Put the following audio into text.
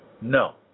No